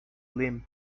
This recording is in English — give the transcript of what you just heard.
limp